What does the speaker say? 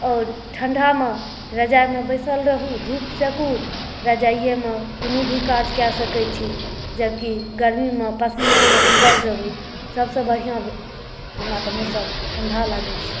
आओर ठंढामे रज़ाइमे बैसल रहू धूप सेकू रज़ाइमे कोनो भी काज कए सकै छी जबकि गरमीमे पसीनामे भीगल रहू सभसॅं बढ़िआँ हमरा तऽ मौसम ठंढा लागै छै